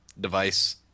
device